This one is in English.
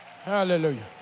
hallelujah